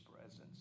presence